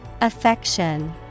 Affection